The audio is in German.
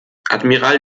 admiral